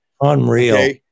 Unreal